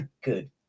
Good